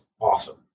awesome